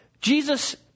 Jesus